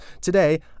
Today